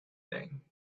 thing